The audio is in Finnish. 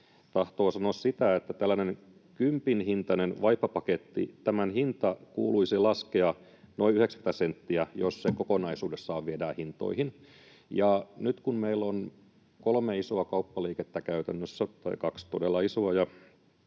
tahtoo sanoa sitä, että tällaisen kympin hintaisen vaippapaketin hinnan kuuluisi laskea noin 90 senttiä, jos se kokonaisuudessaan viedään hintoihin. Ja nyt kun meillä on käytännössä kolme isoa kauppaliikettä — tai kaksi todella isoa